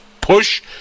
push